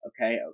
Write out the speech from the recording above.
okay